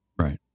Right